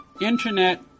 Internet